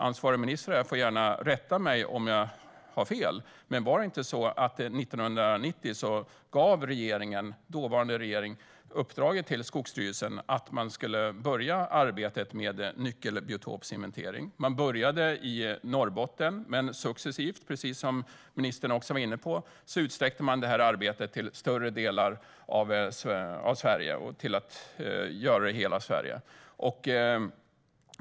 Ansvarig minister får gärna rätta mig om jag har fel, men var det inte så att dåvarande regering 1990 gav uppdraget till Skogsstyrelsen att man skulle börja arbetet med nyckelbiotopsinventering? Man började i Norrbotten, men successivt, precis som ministern också var inne på, utsträckte man arbetet till större delar av Sverige och sedan till att göra det i hela Sverige.